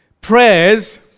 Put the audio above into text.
prayers